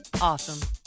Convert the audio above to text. awesome